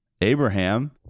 Abraham